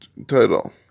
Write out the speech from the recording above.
Title